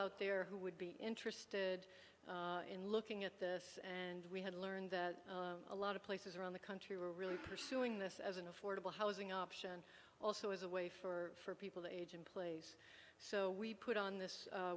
out there who would be interested in looking at this and we had learned that a lot of places around the country were really pursuing this as an affordable housing option also as a way for people age in place so we put on this